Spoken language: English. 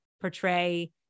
portray